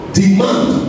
demand